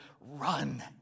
run